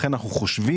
פה,